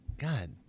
God